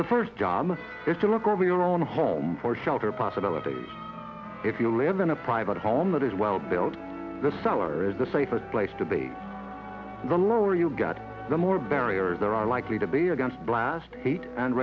the first job is to look over your own home for shelter possibility if you live in a private home that is well built the cellar is the safest place to be the lower you get the more barrier there are likely to be against blast eight and